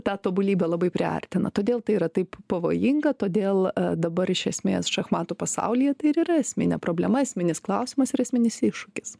tą tobulybę labai priartina todėl tai yra taip pavojinga todėl dabar iš esmės šachmatų pasaulyje tai ir yra esminė problema esminis klausimas ir esminis iššūkis